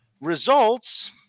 results